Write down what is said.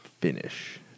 finish